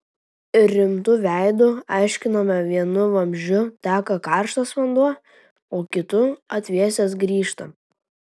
ir rimtu veidu aiškinome vienu vamzdžiu teka karštas vanduo o kitu atvėsęs grįžta